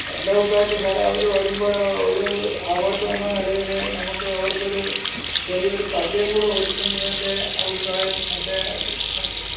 എന്റെ അഭിപ്രായത്തിൽ സാറെ അവർ വരുമ്പോൾ ഒരു ആഘോഷമെന്ന നിലയിൽ നമുക്ക് അവർക്കൊരു ചെറിയൊരു സദ്യയും കൂടെ ഒരുക്കുന്നതിൻ്റെ അഭിപ്രായം എൻ്റെ മനസ്സിൽ